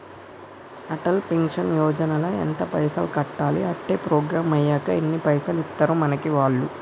Atal pension Yojana ల ఎంత పైసల్ కట్టాలి? అత్తే ప్రోగ్రాం ఐనాక ఎన్ని పైసల్ ఇస్తరు మనకి వాళ్లు?